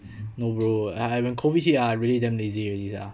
no bro I when COVID hit ah I really damn lazy already sia